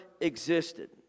existed